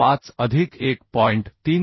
35 अधिक 1